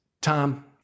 Tom